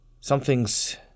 Something's